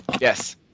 yes